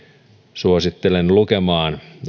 suosittelen lukemaan